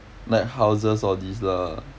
like houses all these lah